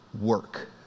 work